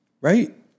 right